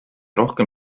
rohkem